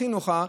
הכי נוחה,